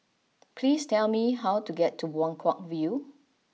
please tell me how to get to Buangkok View